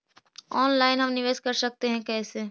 Online हम निवेश कर सकते है, कैसे?